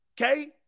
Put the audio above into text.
Okay